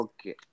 Okay